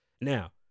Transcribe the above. Now